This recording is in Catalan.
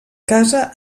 casa